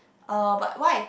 uh but why